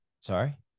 sorry